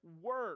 work